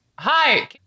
Hi